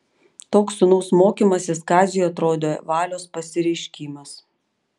toks sūnaus mokymasis kaziui atrodė valios pasireiškimas